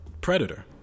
predator